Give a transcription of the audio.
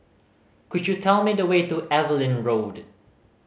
could you tell me the way to Evelyn Road